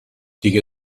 دیگه